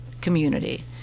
community